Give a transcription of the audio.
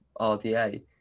RDA